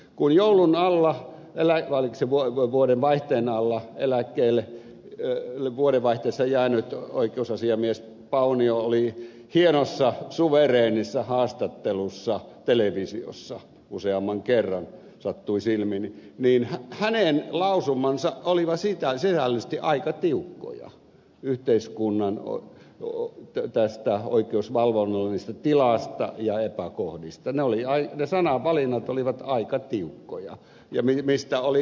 kun joulun alla vai oliko se vuodenvaihteen alla eläkkeelle vuodenvaihteessa jäänyt oikeusasiamies paunio oli hienossa suvereenissa haastattelussa televisiossa useamman kerran sattui silmiini niin hänen lausumansa olivat siitä asiallisesti aika tiukkoja yhteiskunnan oikeusvalvonnallisesta tilasta ja epäkohdista olivat sisällöllisesti aika tiukkoja ne sananvalinnat olivat aika tiukkoja